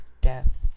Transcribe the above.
death